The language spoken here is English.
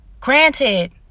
Granted